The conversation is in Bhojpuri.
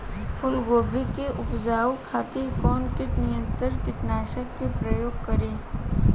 फुलगोबि के उपजावे खातिर कौन कीट नियंत्री कीटनाशक के प्रयोग करी?